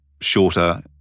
shorter